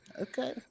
Okay